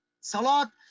Salat